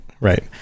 right